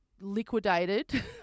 liquidated